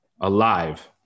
alive